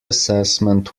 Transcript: assessment